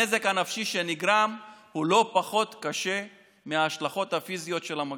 הנזק הנפשי שנגרם הוא לא פחות קשה מההשלכות הפיזיות של המגפה.